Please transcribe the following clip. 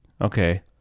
okay